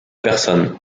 personne